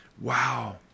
Wow